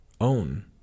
own